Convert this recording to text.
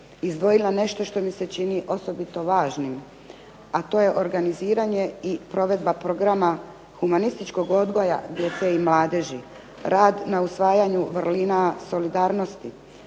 izdvojila nešto što mi se čini osobito važnim a to je organiziranje i provedba programa humanističkog odgoja djece i mladeži, rad na usvajanju vrlina solidarnosti,